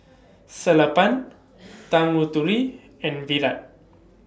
Sellapan Tanguturi and Virat